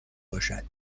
باشد